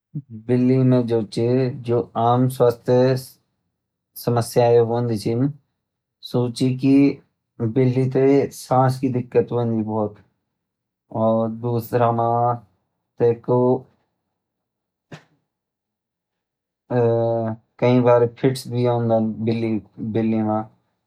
बिल्ली ते सांस की दिक्कत हुन्दी बहुत कई बार फिट्स भी ओंदन